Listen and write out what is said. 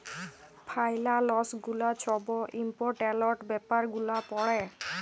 ফাইলালস গুলা ছব ইম্পর্টেলট ব্যাপার গুলা পড়ে